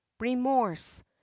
remorse